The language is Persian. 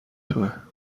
تویه